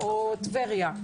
או טבריה.